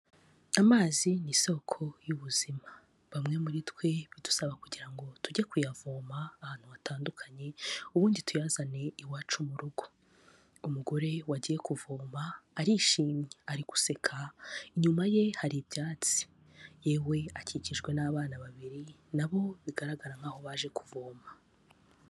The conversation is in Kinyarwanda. Amazi ni isoko y'ubuzima, bamwe muri twe bidusaba kugira ngo tujye kuyavoma ahantu hatandukanye ubundi tuyazene iwacu mu rugo, umugore wagiye kuvoma arishimye, ari guseka, inyuma ye hari ibyatsi, yewe akikijwe n'abana babiri na bo bigaragara nkaho baje kuvoma.